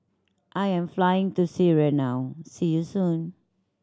I am flying to Syria now see you soon